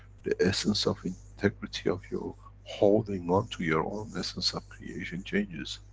the essence of integrity of your holding on, to your own essence of creation changes.